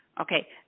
Okay